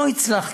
לא הצלחתי,